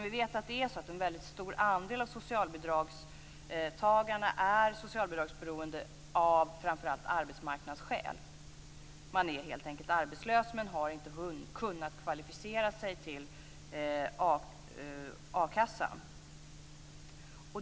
Vi vet att en stor andel av socialbidragstagarna är socialbidragsberoende av framför allt arbetsmarknadsskäl - man är helt enkelt arbetslös men har inte kunnat kvalificera sig till akassa.